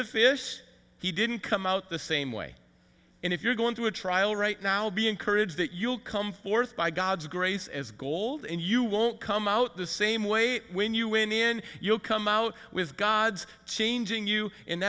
the fish he didn't come out the same way and if you're going to a trial right now be encouraged that you will come forth by god's grace as gold and you won't come out the same way when you when you come out with god's changing you and